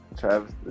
Travis